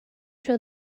show